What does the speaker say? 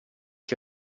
che